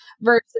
versus